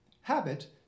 Habit